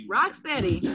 Rocksteady